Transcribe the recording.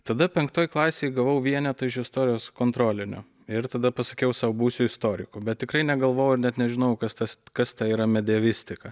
tada penktoj klasėj gavau vienetą iš istorijos kontrolinio ir tada pasakiau sau būsiu istoriku bet tikrai negalvojau ir net nežinau kas tas kas tai yra medievistika